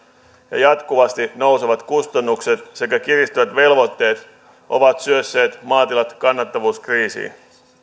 ja jatkuvasti nousevat kustannukset sekä kiristyvät velvoitteet ovat syösseet maatilat kannattavuuskriisiin